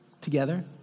together